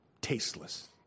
tasteless